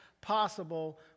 possible